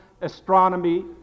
astronomy